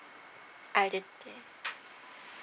either day